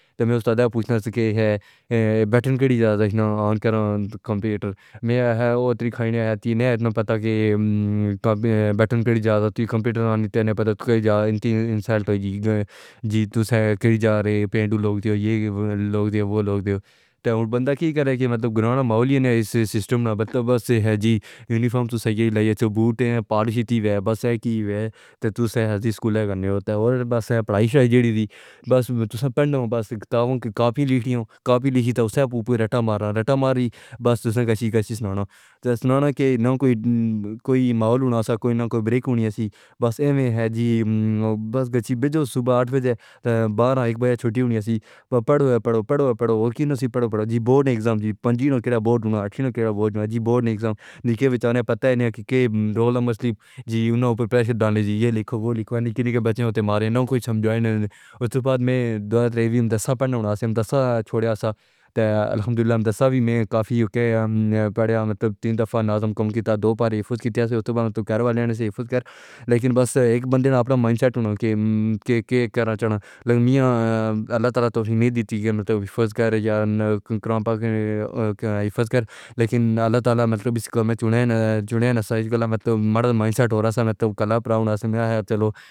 میں اس سے پوچھنا کہ بیٹھن کیجائے یا نہ آن کرکمپیوٹر میں وہاں تری کھائی ہے یا تی نہیں پتا کہ بیٹن کڑی جا زتی کمپیوٹر آنے پتا تھا کہ بڑی جاتی ہے انسلیٹ ہوئی جی تو سہیل کی جا رہی ہے پینڈ لوگ یہ لوگ وہ لوگ تھے اور بندہ کیا کرے کے مطلب گرانے ماحولی نے اس سسٹم سے متبادل سی ہے جی یونیفارم تو سی ہے لائے چو بوتھ پالیش ہوتی ہے بس یہ ہے کہ وہ تھے تو سہل سی سکول ہے کرنی ہوتی ہے اور بس پڑھائی جیری دی بس میں تو پند ہوں بس تاکہ کافی لکھی ہوئی کافی لکھی تھی وہ سہل بوپو رتا ماری رتا ماری، بس تو سنانی کے نا کوئی کوئی ماحول نہ کوی نہ کوئی بریک ہونی سی بس ایویں ہے جی بس بھیجو صبح آٹھ بجے بارہ ایک بجے چھٹی ہونی اسی پڑھو پڑھو پڑھو پڑھو وہ کہیوں سی پڑھو پڑھو جی بورڈ ایگزام جی پنجوی نا کرا بورڈ میا اکھی نا کرا بورڈ میا جی بورڈ ان ایگزام نیکی بچانا پتا ہے نہیں کہ کے رول مسلم جی انہیں پرپریشر ڈالے جی یہ لکھو وہ لکھو کہنے کے بچے ہوتے ہی مارے، نا کوئی سمجھائے نہیں اُس بعد میں دو تین وی دسہ پڑھنا ہونا تھا دسہ چھوڑیا سا الحمدللہ دسہ بھی میں کافی یو کے پڑھیا مطلب تین دفعہ نازم کم کی تا دو بار حفظ کرتی ہے اُس بعد تو گھر والے انہی سے حفظ کر لکن بس ایک بندے نا اپنا منسٹر ہونا کے کے کرنا چاہنا ہے۔ میاں اللہ تعالیٰ تو نے دی تھی کہ حفظ کر یا قرآن پاک میں حفظ کر لکن اللہ تعالیٰ متلو بھی سکول میں جوڑنا چاہے گالا مطلب مرد منصیت ہو رہا تھا مطلب کلاب رہا تھا تو